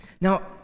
Now